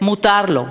מותר לו,